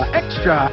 extra